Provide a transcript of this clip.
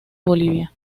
bolivia